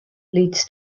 leads